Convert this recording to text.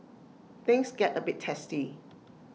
things get A bit testy